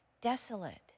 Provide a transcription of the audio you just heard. desolate